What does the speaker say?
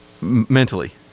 Mentally